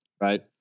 Right